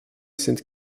sind